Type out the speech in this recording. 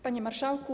Panie Marszałku!